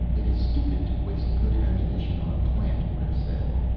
it is stupid to waste good ammunition on a plant, grif said.